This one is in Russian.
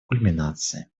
кульминацией